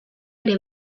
ere